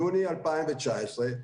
יוני 2019,